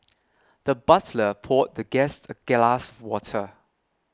the butler poured the guest a glass water